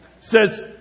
says